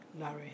Larry